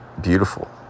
beautiful